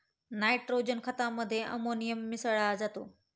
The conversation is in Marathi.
नायट्रोजन खतामध्ये अमोनिया मिसळा जातो